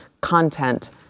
content